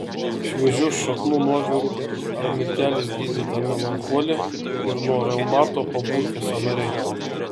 šviežių šaknų nuoviru ar milteliais gydyta melancholija ir nuo reumato paburkę sąnariai